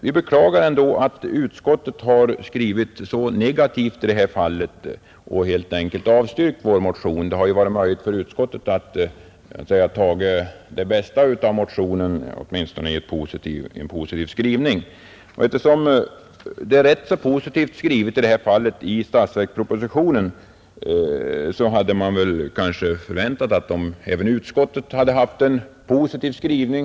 Vi beklagar ändå att utskottet har skrivit så negativt i detta fall och helt enkelt avstyrkt vår motion. Det hade ju varit möjligt för utskottet att ta upp det bästa av motionen åtminstone i en positiv skrivning. Eftersom det är rätt så positivt skrivet i statsverkspropositionen, hade man väntat att även utskottet skulle ha en positiv skrivning.